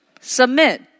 Submit